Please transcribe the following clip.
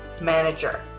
manager